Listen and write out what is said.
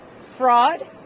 fraud